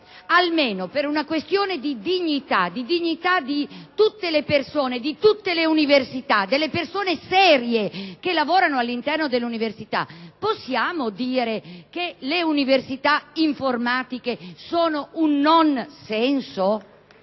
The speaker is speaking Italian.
almeno per una questione di dignità di tutte le università e delle persone serie che lavorano all'interno delle università, possiamo dire che le università informatiche sono un non senso?